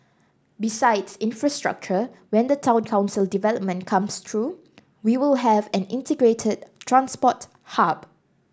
besides infrastructure when the town council development comes through we will have an integrated transport hub